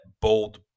bold